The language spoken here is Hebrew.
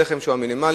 הלחם שהוא המינימלי,